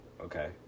okay